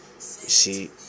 See